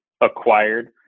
acquired